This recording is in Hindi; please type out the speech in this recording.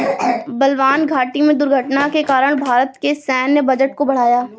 बलवान घाटी में दुर्घटना के कारण भारत के सैन्य बजट को बढ़ाया